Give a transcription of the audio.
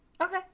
Okay